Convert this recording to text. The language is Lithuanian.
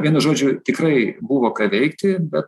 vienu žodžiu tikrai buvo ką veikti bet